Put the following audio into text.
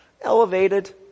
elevated